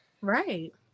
Right